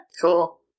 Cool